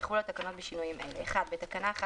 יחולו התקנות בשינויים אלה: בתקנה 1,